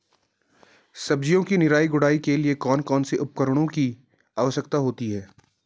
सब्जियों की निराई गुड़ाई के लिए कौन कौन से उपकरणों की आवश्यकता होती है?